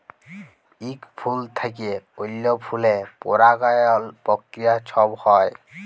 ইক ফুল থ্যাইকে অল্য ফুলে পরাগায়ল পক্রিয়া ছব হ্যয়